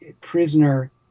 prisoner